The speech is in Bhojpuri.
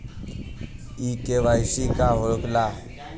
इ के.वाइ.सी का हो ला?